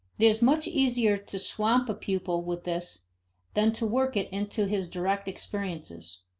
it is much easier to swamp a pupil with this than to work it into his direct experiences.